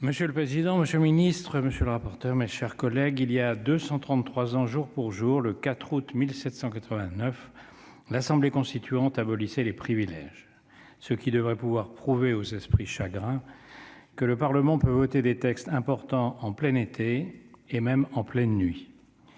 Monsieur le président, monsieur le ministre, mes chers collègues, il y a deux cent trente-trois ans jour pour jour, le 4 août 1789, l'Assemblée constituante abolissait les privilèges, ce qui devrait prouver aux esprits chagrins que le Parlement peut voter des textes importants en plein été, et même en pleine nuit.